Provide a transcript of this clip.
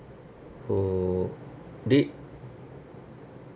who did